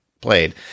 played